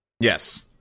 Yes